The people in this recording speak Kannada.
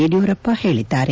ಯಡಿಯೂರಪ್ಪ ಹೇಳಿದ್ದಾರೆ